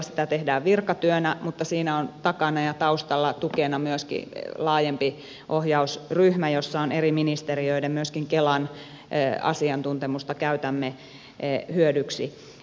sitä tehdään virkatyönä mutta siinä on takana ja taustalla tukena myöskin laajempi ohjausryhmä jossa on eri ministe riöiden asiantuntijoita myöskin kelan asiantuntemusta käytämme hyödyksi